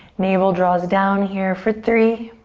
navel draws down here for three,